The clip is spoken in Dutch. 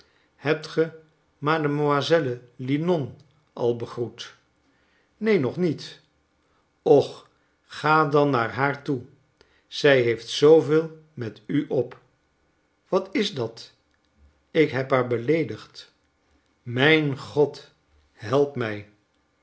hebt ge mademoiselle linon al begroet neen nog niet och ga dan naar haar toe zij heeft zooveel met u op wat is dat ik heb haar beleedigd mijn god help mij